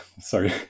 sorry